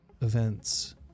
events